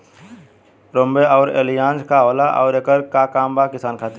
रोम्वे आउर एलियान्ज का होला आउरएकर का काम बा किसान खातिर?